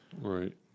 Right